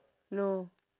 no